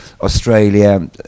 Australia